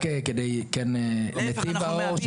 נתיב האור,